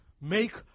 make